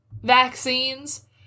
vaccines